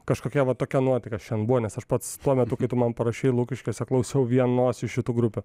kažkokia va tokia nuotaika šiandien buvo nes aš pats tuo metu kai tu man parašei lukiškėse klausiau vienos iš šitų grupių